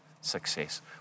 success